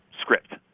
script